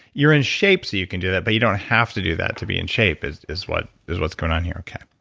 you're in shape so you can do that, but you don't have to do that to be in shape is is what is what's going on here, okay.